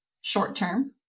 short-term